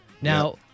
Now